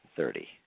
Thirty